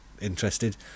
interested